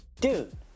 dude